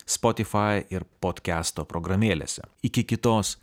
spotifai ir potkesto programėlėse iki kitos